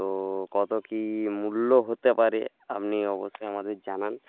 তো কত কী মূল্য হতে পারে আপনি অবশ্যই আমাদের জানান